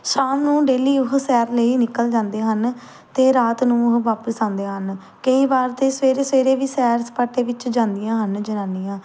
ਸ਼ਾਮ ਨੂੰ ਡੇਲੀ ਉਹ ਸੈਰ ਲਈ ਨਿਕਲ ਜਾਂਦੇ ਹਨ ਅਤੇ ਰਾਤ ਨੂੰ ਉਹ ਵਾਪਿਸ ਆਉਂਦੇ ਹਨ ਕਈ ਵਾਰ ਤਾਂ ਸਵੇਰੇ ਸਵੇਰੇ ਵੀ ਸੈਰ ਸਪਾਟੇ ਵਿੱਚ ਜਾਂਦੀਆਂ ਹਨ ਜਨਾਨੀਆਂ